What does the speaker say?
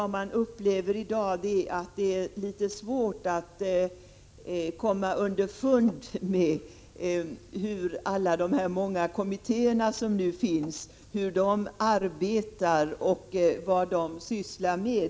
Det är i dag litet svårt att komma underfund med vad alla de kommittéer som arbetar på detta område egentligen sysslar med.